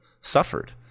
suffered